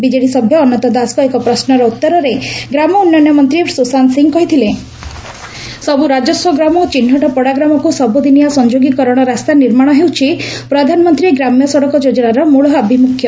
BJD ସଭ୍ୟ ଅନନ୍ତ ଦାସଙ୍କ ଏକ ପ୍ରଶ୍ମର ଉଉରେ ଗ୍ରାମ ଉନ୍ନୟନ ମନ୍ତୀ ସୁଶାନ୍ତ ସିଂହ କହିଥିଲେ ସବୁ ରାଜସ୍ୱ ଗ୍ରାମ ଓ ଚିହ୍ବଟ ପଡା ଗ୍ରାମକୁ ସବୁଦିନିଆ ସଂଯୋଗୀକରଣ ରାସ୍ତା ନିର୍ମାଣ ହେଉଛି ପ୍ରଧାନମନ୍ତୀ ଗ୍ରାମ୍ୟ ସଡକ ଯୋଜନାର ମୂଳଆଭିମୁଖ୍ୟ